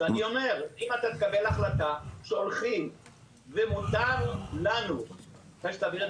אז אני אומר שאם אתה מקבל החלטה שהולכים ומותר לנו לתת